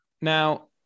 now